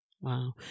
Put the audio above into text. Wow